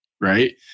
right